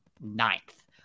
ninth